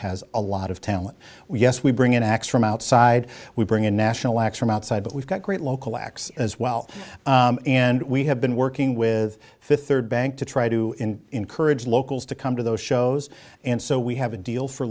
has a lot of talent yes we bring in acts from outside we bring in national acts from outside but we've got great local acts as well and we have been working with third bank to try to encourage locals to come to those shows and so we have a deal for